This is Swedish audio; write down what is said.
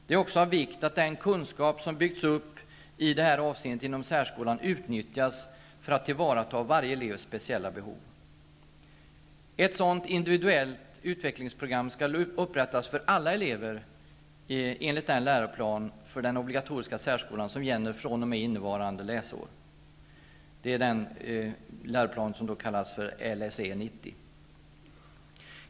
Det är också av vikt att den kunskap som byggts upp i det här avseendet inom särskolan utnyttjas för att tillvarata varje elevs speciella behov. Ett sådant individuellt utvecklingsprogram skall upprättas för alla elever enligt den läroplan för den obligatoriska särskolan som gäller fr.o.m. innevarande läsär. Det är den läroplan som kallas Lsä 90.